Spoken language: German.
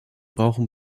brauchen